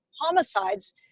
homicides